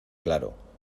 claro